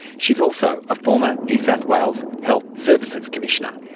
she's also a former new south wales health services commissioner.